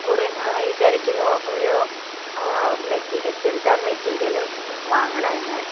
കുറേ നാളായി വിചാരിക്കുന്നു ഒരു മെറ്റ് ചുരിദാർ മെറ്റീരിയല് വാങ്ങണം എന്ന്